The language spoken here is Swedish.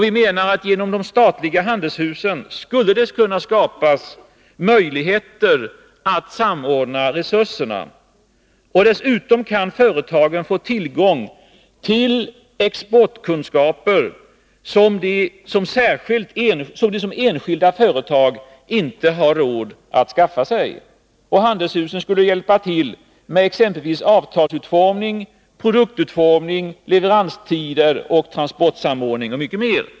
Vi menar att det genom de statliga handelshusen skulle kunna skapas möjligheter att samordna resurserna. Dessutom kan företagen få tillgång till expertkunskaper som de som enskilda företag inte har råd att skaffa sig. Handelshusen skulle hjälpa till med exempelvis avtalsutformning, produktutformning, leveranstider, transportsamordning och mycket mer.